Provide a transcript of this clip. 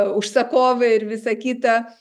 užsakovai ir visa kita